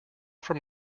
from